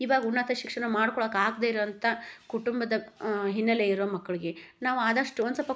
ಇವಾಗ ಉನ್ನತ ಶಿಕ್ಷಣ ಮಾಡ್ಕೊಳ್ಳೋಕಾಗ್ದೆ ಇರೋಂಥ ಕುಟುಂಬದ ಹಿನ್ನಲೆ ಇರೋ ಮಕ್ಳಿಗೆ ನಾವು ಆದಷ್ಟು ಒಂದು ಸ್ವಲ್ಪ